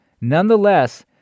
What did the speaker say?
Nonetheless